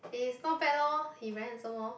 it's not bad lor he very handsome lor